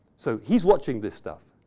so, he's watching this stuff,